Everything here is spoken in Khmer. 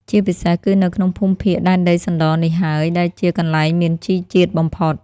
ជាពិសេស គឺនៅក្នុងភូមិភាគដែនដីសណ្ដនេះហើយដែលជា កន្លែងមានជីរជាតិបំផុត។